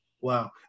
wow